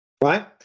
Right